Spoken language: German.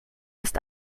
ist